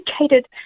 educated